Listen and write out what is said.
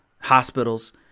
hospitals